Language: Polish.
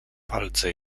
palce